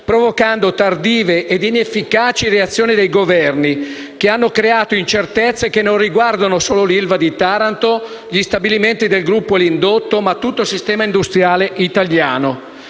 provocando tardive e inefficaci reazioni dei Governi, che hanno creato incertezze, che riguardano non solo 1'ILVA di Taranto e gli stabilimenti del gruppo e l'indotto, ma tutto il sistema industriale italiano.